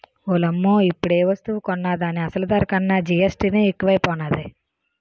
ఓలమ్మో ఇప్పుడేవస్తువు కొన్నా దాని అసలు ధర కన్నా జీఎస్టీ నే ఎక్కువైపోనాది